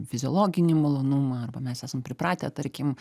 fiziologinį malonumą arba mes esam pripratę tarkim